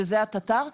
שזה התט"ר,